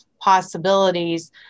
possibilities